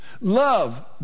Love